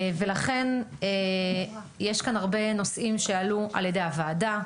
לכן, יש כאן הרבה נושאים שעלו על ידי הוועדה: